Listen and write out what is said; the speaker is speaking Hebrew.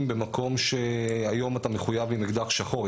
במקום שהיום אתה מחויב עם אקדח שחור,